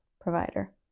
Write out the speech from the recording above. provider